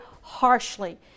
harshly